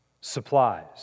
supplies